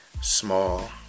Small